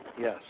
yes